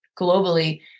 globally